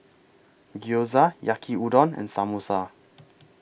Gyoza Yaki Udon and Samosa